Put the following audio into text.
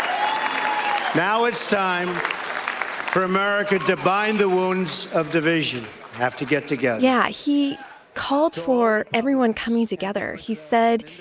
um now it's time for america to bind the wounds of division have to get together yeah, he called for everyone coming together. he said,